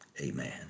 amen